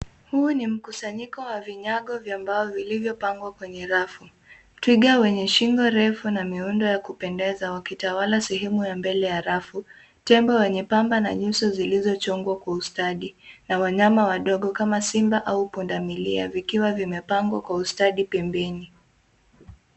Huu ni mkusanyiko wa vinyago vya mbao vilivyopangwa kwenye rafu. Twiga wenye shingo refu na miundo ya kupendeza wakitawala sehemu ya mbele ya rafu, tembo wenye pamba na nyuso zilizochongwa kwa ustadi, na wanyama wadogo kama simba au pundamilia vikiwa vimepangwa kwa ustadi pembeni.